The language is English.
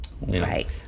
right